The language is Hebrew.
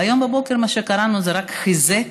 והיום בבוקר מה שקראנו רק חיזק